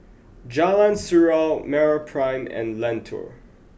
Jalan Surau MeraPrime and Lentor